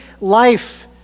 life